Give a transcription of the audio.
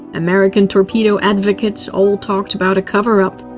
american torpedo advocates, all talked about a cover-up.